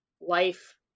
life